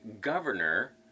governor